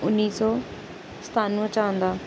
उन्नी सौ सतानुऐ च आंदा